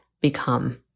become